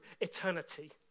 eternity